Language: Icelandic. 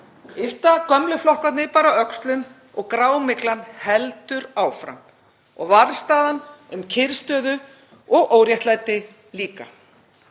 yppta gömlu flokkarnir bara öxlum og grámyglan heldur áfram og varðstaðan um kyrrstöðu og óréttlæti líka.